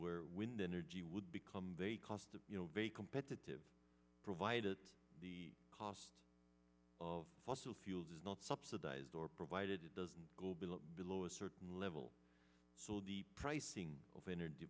where wind energy would become the cost of a competitive provided the cost of fossil fuels is not subsidized or provided it doesn't go below below a certain level so the pricing of energy